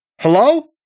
Hello